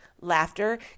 Laughter